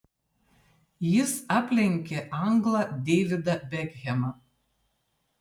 jis aplenkė anglą deividą bekhemą